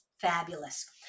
fabulous